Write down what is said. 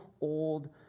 old